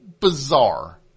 bizarre